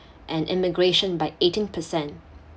and immigration by eighteen percent